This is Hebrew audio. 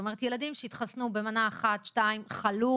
זאת אומרת, ילדים שהתחסנו במנה אחת, שתיים, חלו